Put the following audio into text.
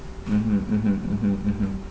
mmhmm mmhmm mmhmm mmhmm